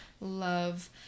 Love